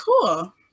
cool